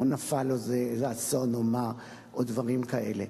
או נפל איזה אסון או דברים כאלה.